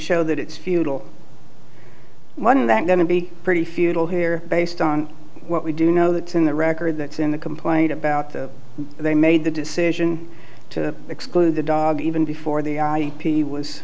show that it's futile when that going to be pretty futile here based on what we do know that in the record that's in the complaint about the they made the decision to exclude the dog even before the i